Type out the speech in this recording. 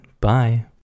Bye